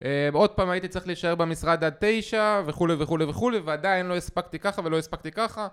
עוד פעם הייתי צריך להישאר במשרד עד תשע וכולי וכולי וכולי ועדיין לא הספקתי ככה ולא הספקתי ככה